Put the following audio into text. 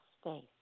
space